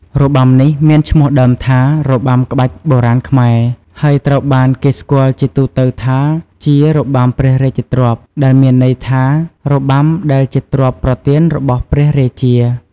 របាំនេះមានឈ្មោះដើមថា របាំក្បាច់បុរាណខ្មែរ ហើយត្រូវបានគេស្គាល់ជាទូទៅថាជា "របាំព្រះរាជទ្រព្យ" ដែលមានន័យថា "របាំដែលជាទ្រព្យប្រទានរបស់ព្រះរាជា"។